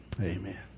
Amen